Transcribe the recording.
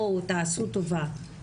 תעשו טובה,